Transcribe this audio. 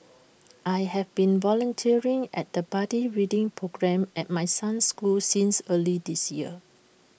I've been volunteering at the buddy reading programme at my son's school since early this year